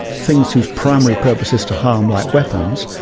things whose primary purpose is to harm, like weapons,